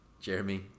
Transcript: Jeremy